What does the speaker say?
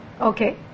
Okay